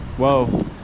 Whoa